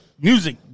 music